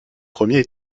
premier